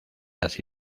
las